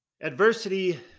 adversity